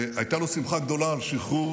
והייתה לו שמחה גדולה על שחרור